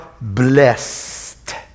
blessed